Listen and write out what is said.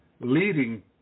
leading